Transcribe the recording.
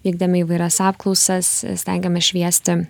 vykdėme įvairias apklausas stengiamės šviesti